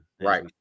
Right